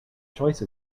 choice